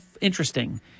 interesting